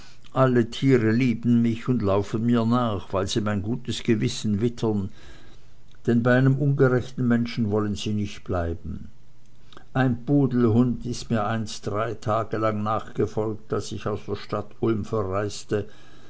alle tiere lieben mich und laufen mir nach weil sie mein gutes gewissen wittern denn bei einem ungerechten menschen wollen sie nicht bleiben ein pudelhund ist mir einst drei tage lang nachgefolgt als ich aus der stadt ulm verreiste